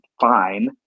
fine